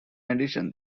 addition